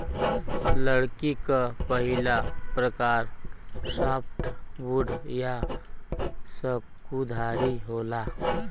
लकड़ी क पहिला प्रकार सॉफ्टवुड या सकुधारी होला